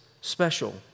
special